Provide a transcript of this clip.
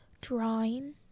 drawing